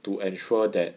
to ensure that